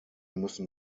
müssen